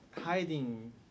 hiding